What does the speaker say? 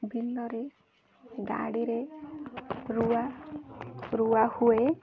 ବିଲରେ ଗାଡ଼ିରେ ରୁଆ ରୁଆ ହୁଏ